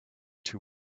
too